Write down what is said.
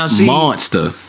monster